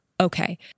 okay